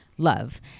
Love